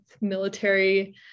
military